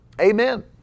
Amen